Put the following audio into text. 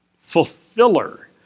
fulfiller